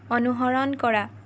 অনুসৰণ কৰা